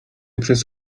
przez